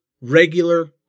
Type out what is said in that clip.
regular